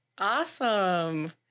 Awesome